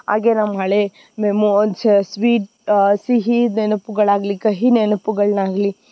ಹಾಗೆ ನಮ್ಮ ಹಳೆಯ ಮೆಮೊ ಸ್ವೀಟ್ ಸಿಹಿ ನೆನಪುಗಳಾಗಲಿ ಕಹಿ ನೆನಪುಗಳನ್ನಾಗ್ಲಿ